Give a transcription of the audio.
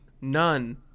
None